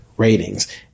Ratings